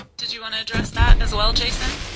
did you want to address that as well jason?